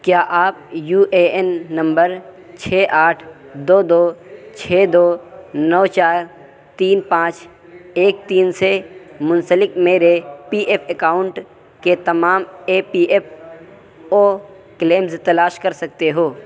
کیا آپ U A N number چھ آٹھ دو دو چھ دو نو چار تین پانچ ایک تین سے منسلک میرے پی ایف اکاؤنٹ کے تمام E P F O claims تلاش کر سکتے ہو